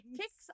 Kicks